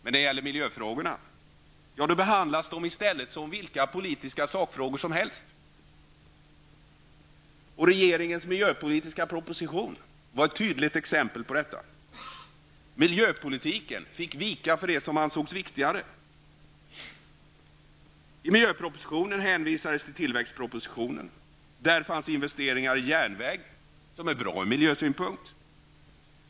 Men miljöfrågorna behandlas i stället som vilka politiska sakfrågor som helst. Regeringens miljöpolitiska proposition var ett tydligt exempel på detta. Miljöpolitiken fick vika för det som ansågs viktigare. I miljöpropositionen hänvisades till tillväxtpropositionen, och där fanns förslag till investeringar i järnväg som är bra ur miljösynpunkt.